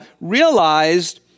realized